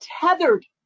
tethered